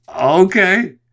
Okay